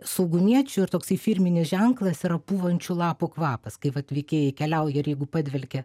saugumiečių ir toksai firminis ženklas yra pūvančių lapų kvapas kai vat veikėjai keliauja ir jeigu padvelkia